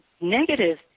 negative